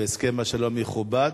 והסכם השלום יכובד.